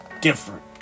different